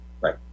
Right